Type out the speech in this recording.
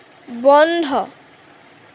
বন্ধ